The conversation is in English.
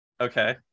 Okay